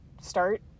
start